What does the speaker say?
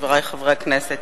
חברי חברי הכנסת,